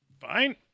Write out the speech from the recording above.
fine